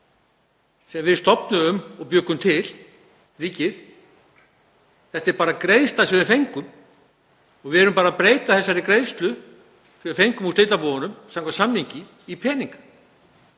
sem við stofnuðum og bjuggum til, ríkið. Þetta er bara greiðsla sem við fengum og við erum að breyta þessari greiðslu, sem við fengum úr slitabúunum, samkvæmt samningi, í peninga.